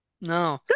no